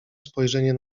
spojrzenie